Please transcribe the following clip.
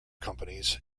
companies